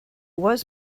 was